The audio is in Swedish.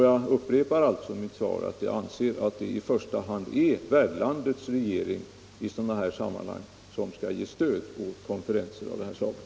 Jag upprepar mitt svar att jag anser att det i första hand är värdlandets regering som skall ge stöd åt konferenser av det här slaget.